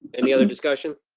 any other discussion?